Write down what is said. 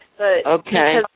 Okay